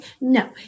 no